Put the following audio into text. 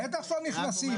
בטח שלא נכנסים.